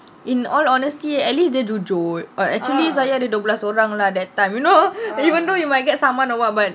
in all honesty at least they jujur but actually saya ada dua belas orang lah that time you know even though you might get saman or what but